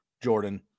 Jordan